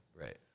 right